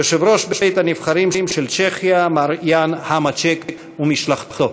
יושב-ראש בית-הנבחרים של צ'כיה מר יאן המאצ'ק ומשלחתו.